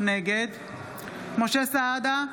נגד משה סעדה,